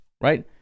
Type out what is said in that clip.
right